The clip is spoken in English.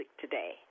today